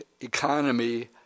economy